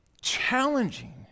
challenging